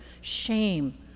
shame